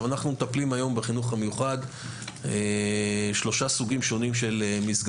אנחנו מטפלים היום בחינוך המיוחד בשלושה סוגים של מסגרות